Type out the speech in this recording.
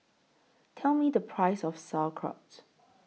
Tell Me The Price of Sauerkraut